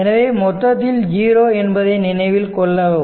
எனவே மொத்தத்தில் 0 என்பதை நினைவில் வைத்துக் கொள்ளவும்